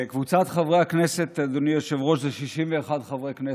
קבוצת חברי הכנסת, אדוני היושב-ראש, 61 חברי כנסת,